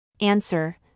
Answer